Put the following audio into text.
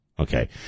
Okay